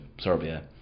Serbia